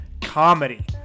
comedy